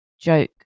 joke